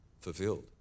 Fulfilled